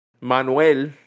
Manuel